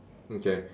okay